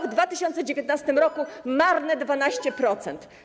W 2019 r. - marne 12%.